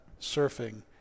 Surfing